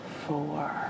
four